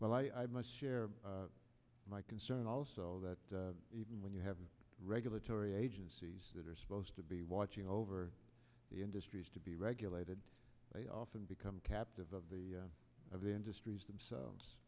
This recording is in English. well i must share my concern also that even when you have regulatory agencies that are supposed to be watching over the industries to be regulated they often become captive of the of the industries themselves